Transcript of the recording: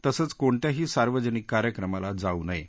तसंच कोणत्याही सार्वजनिक कार्यक्रमाला जाऊ नये